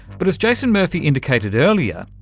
but as jason murphy indicated earlier,